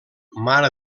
mare